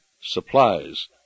supplies